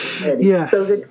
Yes